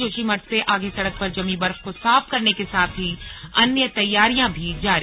जोशीमठ से आगे सड़क पर जमी बर्फ को साफ करने के साथ ही अन्य तैयारियां जारी